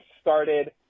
started